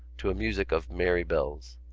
to a music of merry bells.